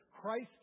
Christ